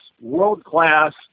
world-class